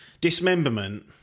Dismemberment